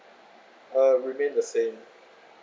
uh remain the same